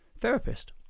therapist